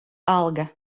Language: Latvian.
alga